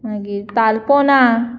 मागीर तळपण